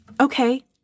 Okay